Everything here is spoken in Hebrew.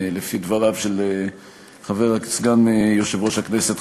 לפי דבריו של סגן יושב-ראש הכנסת,